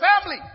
family